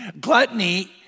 Gluttony